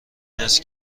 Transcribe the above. است